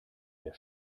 der